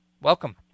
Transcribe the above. welcome